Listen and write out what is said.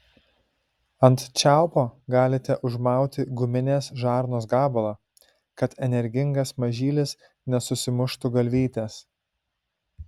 ant čiaupo galite užmauti guminės žarnos gabalą kad energingas mažylis nesusimuštų galvytės